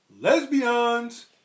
lesbians